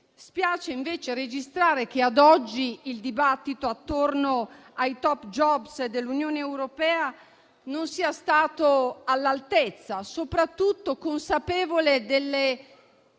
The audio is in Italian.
Spiace invece registrare che ad oggi il dibattito attorno ai *top job* dell'Unione europea non sia stato all'altezza e soprattutto consapevole delle